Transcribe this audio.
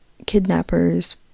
kidnappers